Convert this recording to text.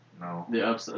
No